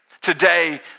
Today